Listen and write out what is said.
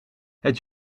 het